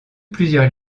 plusieurs